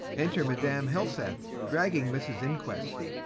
enter madam helseth, dragging mrs inquest.